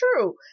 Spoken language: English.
true